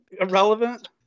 irrelevant